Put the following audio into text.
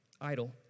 idle